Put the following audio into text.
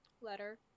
letter